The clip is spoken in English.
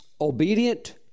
obedient